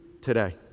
today